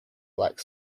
black